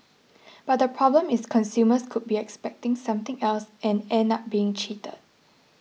but the problem is consumers could be expecting something else and end up being cheated